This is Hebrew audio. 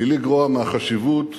בלי לגרוע מהחשיבות